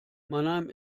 mannheim